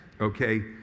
Okay